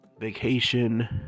Vacation